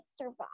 survive